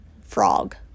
frog